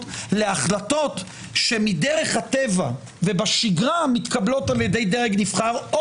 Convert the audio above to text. להחלטות שמדרך הטבע ובשגרה מתקבלות על ידי דרג נבחר,